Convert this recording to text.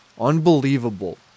Unbelievable